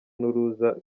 n’uruza